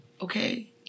okay